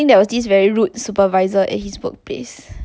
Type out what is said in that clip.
ya it's a very rare occasion